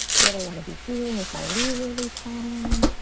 what i want to be doing with my leisurely time